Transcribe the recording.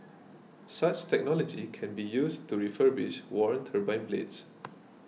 such technology can be used to refurbish worn turbine blades